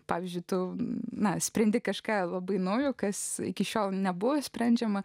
pavyzdžiui tu nusprendi kažką labai naujo kas iki šiol nebuvo išsprendžiama